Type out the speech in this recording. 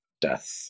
death